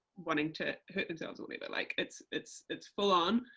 wanting to, hurt themselves or whatever. like it's, it's, it's full-on,